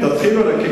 תתחיל אולי,